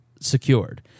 secured